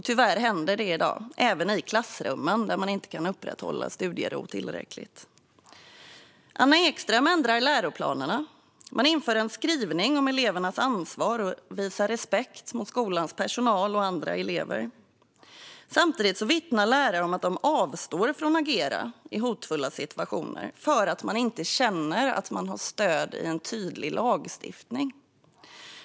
Tyvärr händer detta i dag även i klassrummen, där man inte kan upprätthålla tillräcklig studiero. Anna Ekström ändrar i läroplanerna. Man inför en skrivning om elevernas ansvar att visa respekt för skolans personal och andra elever. Samtidigt vittnar lärare om att de avstår från att agera i hotfulla situationer eftersom man inte känner att man har stöd i en tydlig lagstiftning.